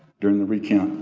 during the recount,